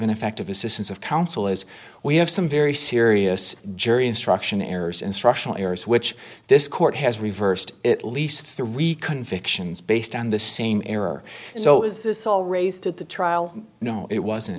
ineffective assistance of counsel is we have some very serious jury instruction errors instructional errors which this court has reversed at least three convictions based on the same error so is this all raised at the trial no it wasn't